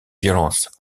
violences